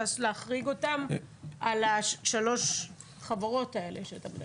להחריג אותם על השלוש חברות האלה שאתה מדבר.